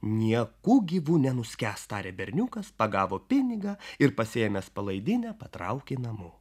nieku gyvu nenuskęs tarė berniukas pagavo pinigą ir pasiėmęs palaidinę patraukė namo